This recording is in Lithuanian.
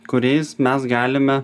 kuriais mes galime